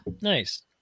Nice